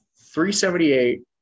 378